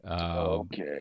Okay